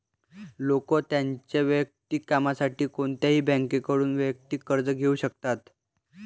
लोक त्यांच्या वैयक्तिक कामासाठी कोणत्याही बँकेकडून वैयक्तिक कर्ज घेऊ शकतात